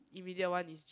immediate one is